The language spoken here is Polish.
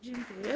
Dziękuję.